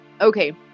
okay